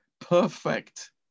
perfect